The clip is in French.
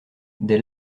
des